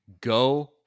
Go